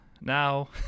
now